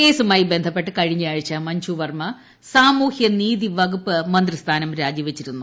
കേസുമായി ബന്ധപ്പെട്ട് കഴിഞ്ഞയാഴ്ച മഞ്ചുവർമ്മ സാമൂഹ്യനീതി വകുപ്പ് മന്ത്രിസ്ഥാനം രാജിവച്ചിരുന്നു